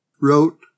wrote